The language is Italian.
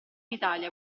italia